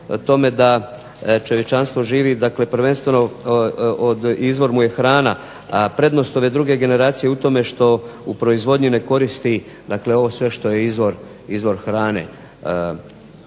da čovječanstvo živi dakle prvenstveno izvor mu je hrana, a prednost ove druge generacije je u tome što u proizvodnji ne koristi dakle ovo sve što je izvor hrane.